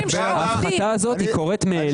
לכן ההפחתה הזו קורית מאליה.